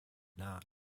not